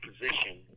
position